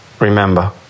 Remember